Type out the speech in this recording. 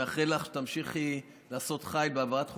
אני מאחל לך שתמשיכי לעשות חיל בהבאת חוקים,